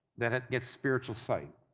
that gets spiritual sight,